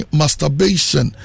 masturbation